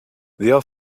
their